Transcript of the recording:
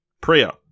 Priya